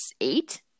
eight